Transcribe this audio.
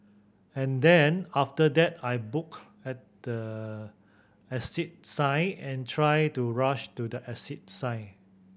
and then after that I booked at the exit sign and tried to rush to the exit sign